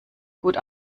gut